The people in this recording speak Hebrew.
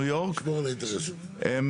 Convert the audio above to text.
ניו יורק,